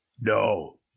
No